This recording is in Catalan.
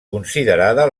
considerada